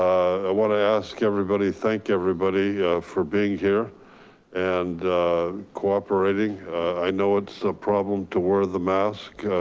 i wanna ask everybody, thank everybody for being here and cooperating. i know it's a problem to wear the mask.